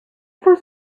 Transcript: for